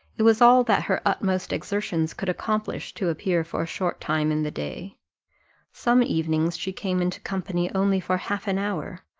it was all that her utmost exertions could accomplish, to appear for a short time in the day some evenings she came into company only for half an hour,